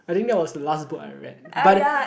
I think that was the last book I read but